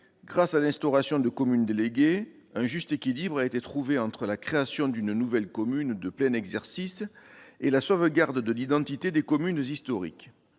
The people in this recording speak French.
grâce à l'instauration de communes déléguées, un juste équilibre a été trouvé entre la création d'une nouvelle commune de plein exercice et la sauvegarde de l'identité des communes historiques.